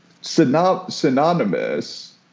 synonymous